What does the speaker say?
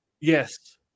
Yes